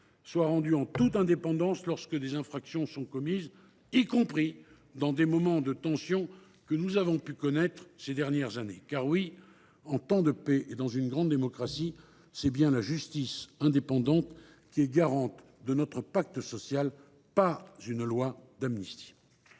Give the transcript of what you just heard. soit rendue en toute indépendance lorsque des infractions sont commises, y compris dans les moments de tension que nous avons pu connaître au cours de ces dernières années. Oui, en temps de paix et dans une grande démocratie, c’est bien une justice indépendante qui est garante de notre pacte social, pas une loi d’amnistie.